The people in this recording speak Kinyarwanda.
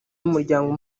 y’umuryango